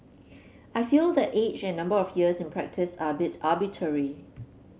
I feel that age and number of years in practice are bit arbitrary